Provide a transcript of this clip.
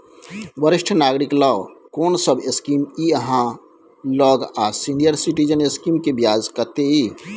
वरिष्ठ नागरिक ल कोन सब स्कीम इ आहाँ लग आ सीनियर सिटीजन स्कीम के ब्याज कत्ते इ?